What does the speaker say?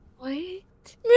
Wait